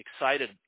excited